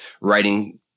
writing